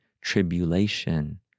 tribulation